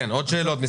אני מחדש את הישיבה.